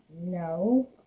No